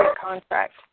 contract